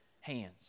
hands